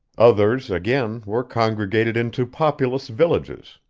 others, again, were congregated into populous villages,